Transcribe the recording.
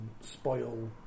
spoil